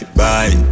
bye